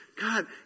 God